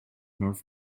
north